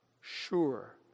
sure